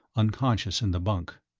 unconscious in the bunk.